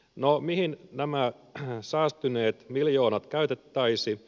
no mihin nämä säästyneet miljoonat käytettäisiin